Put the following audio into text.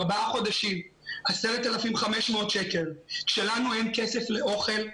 ארבעה חודשים, 10,500 שקלים כשלנו אין כסף לאוכל.